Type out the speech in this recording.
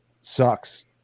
sucks